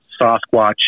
Sasquatch